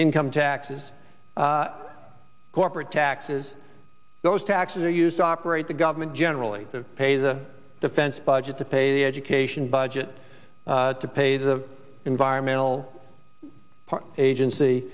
income taxes corporate taxes those taxes are used to operate the government generally to pay the defense budget to pay the education budget to pay the environmental agency